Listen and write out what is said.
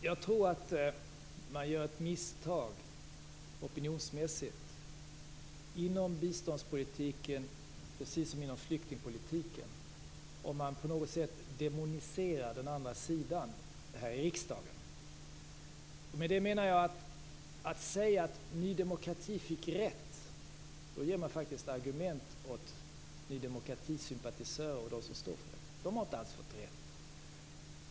Fru talman! Jag tror att man gör ett opinionsmässigt misstag inom biståndspolitiken precis som inom flyktingpolitiken om man på något sätt demoniserar den andra sidan här i riksdagen. Genom att säga att Ny demokrati fick rätt ger man faktiskt argument åt Ny demokratis sympatisörer. De har inte alls fått rätt.